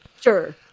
Sure